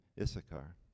Issachar